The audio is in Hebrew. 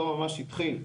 לא ממש התחיל.